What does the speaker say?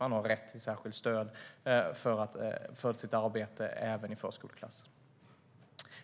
Elever har rätt till särskilt stöd för sitt arbete även i förskoleklasser.